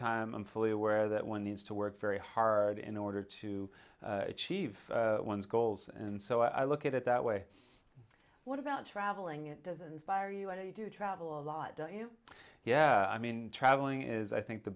time i'm fully aware that one needs to work very hard in order to achieve one's goals and so i look at it that way what about traveling it doesn't fire you i do travel a lot yeah i mean traveling is i think the